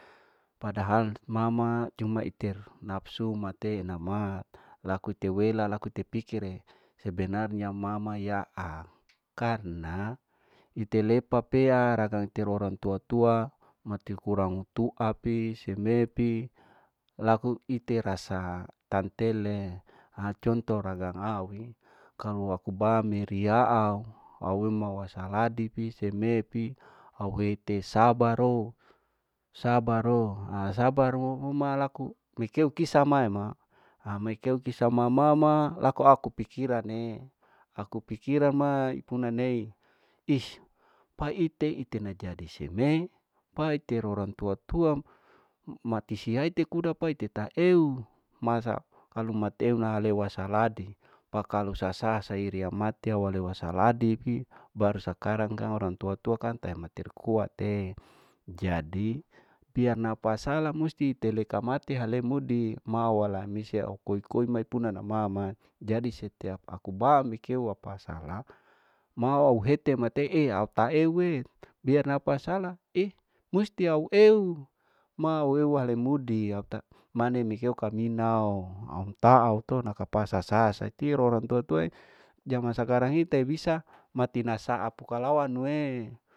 Padahal mama cuma iter napsu nama ter napsu mate nama laku ite wela laku ite pikire sebenarnya mama yaa karna ite lepa papea ragang iter orang tua tua mati kurang tua pi seme laku ite rasa tantele, aconto ragang aui, kalu aku ba meri au uma wasaladi piseme pi au ite sabaro, sabaro a sabaro ruma laku mikei kisa mama, amekeu kisa mama ma laku aku pikirane aku pikitane ipuna nei is paite ite najadi seme pa iter orang tua tua mati siyaite kudapa ite taeu masa kalau mateu nahaleu wasaladi pa kalau sasa sairiya mati au wale wasaladi ki baru sakarang kan orang tua tua kan tai mati ikuate jadi biar napa salah musti teleka mati halemudi ma au wala misie koi koi naipuna na mama jadi setiap aku ba mi keu apa salah ma au hete mateu au ta eu e biar napa salah eh musti yau eu ma au eu halemudi au ta mana mikeu kaminau au taao nakapa sasa sai saitirorang tua tuaee, jaman sakarang hi tai bisa mati nasaa pukalawanuee.